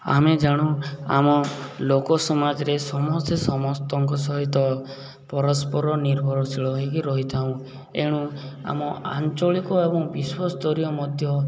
ଆମେ ଜାଣୁ ଆମ ଲୋକ ସମାଜରେ ସମସ୍ତେ ସମସ୍ତଙ୍କ ସହିତ ପରସ୍ପର ନିର୍ଭରଶୀଳ ହେଇକି ରହିଥାଉ ଏଣୁ ଆମ ଆଞ୍ଚଳିକ ଏବଂ ବିଶ୍ଵ ସ୍ତରୀୟ ମଧ୍ୟ